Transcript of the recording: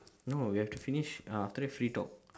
no we have to finish uh after that free talk